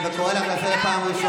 אני מבקש לתת לה להשלים את הדברים.